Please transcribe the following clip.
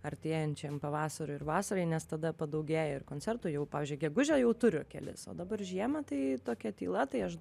artėjančiam pavasariui ir vasarai nes tada padaugėja ir koncertų jau pavyzdžiui gegužę jau turiu kelis o dabar žiemą tai tokia tyla tai aš